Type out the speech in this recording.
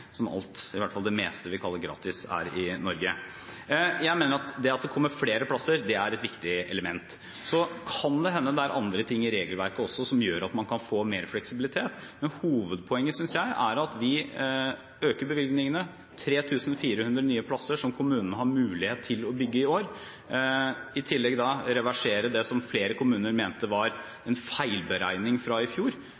i hvert fall det meste – vi kaller «gratis» i Norge, er. Jeg mener at det at det kommer flere plasser, er et viktig element. Det kan hende at det er andre ting i regelverket som også gjør at man kan få mer fleksibilitet, men hovedpoenget synes jeg er at vi øker bevilgningene – 3 400 nye plasser som kommunene har mulighet til å bygge i år – i tillegg til at vi reverserer det som flere kommuner mente var en feilberegning fra i fjor.